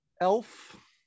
Elf